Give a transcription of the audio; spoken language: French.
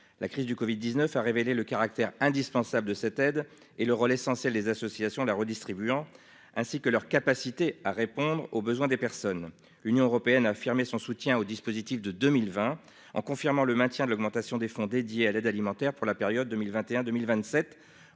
La crise du covid-19 a révélé le caractère indispensable de cette aide ainsi que le rôle essentiel des associations qui la distribuent et leur capacité à répondre aux besoins des personnes. En 2020, l'Union européenne a affirmé son soutien au dispositif en confirmant le maintien et l'augmentation des fonds européens destinés à l'aide alimentaire pour la période 2021-2027.